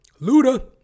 Luda